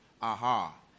Aha